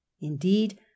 indeed